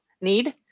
need